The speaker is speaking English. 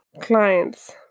clients